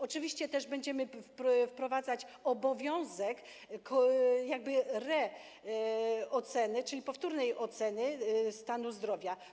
Oczywiście też będziemy wprowadzać obowiązek reoceny, czyli powtórnej oceny stanu zdrowia.